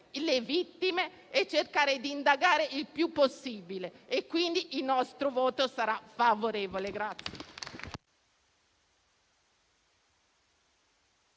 le vittime e cercare di indagare il più possibile. Quindi, il nostro voto sarà favorevole al